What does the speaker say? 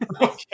Okay